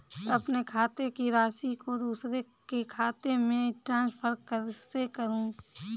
अपने खाते की राशि को दूसरे के खाते में ट्रांसफर कैसे करूँ?